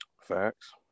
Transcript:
Facts